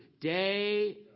day